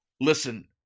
Listen